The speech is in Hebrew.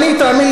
השר נהרי,